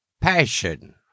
Passion